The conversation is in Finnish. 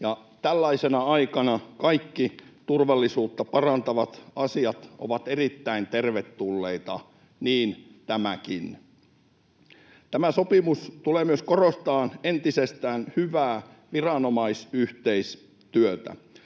tällaisena aikana kaikki turvallisuutta parantavat asiat ovat erittäin tervetulleita, niin tämäkin. Tämä sopimus tulee myös korostamaan entisestään hyvää viranomaisyhteistyötä.